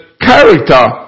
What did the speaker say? character